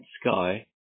sky